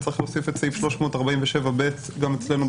שצריך להוסיף את סעיף 347ב גם אצלנו,